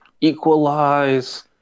equalize